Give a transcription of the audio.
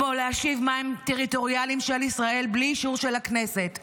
כמו להשיב מים טריטוריאליים של ישראל בלי אישור של הכנסת.